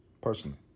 personally